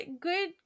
good